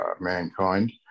mankind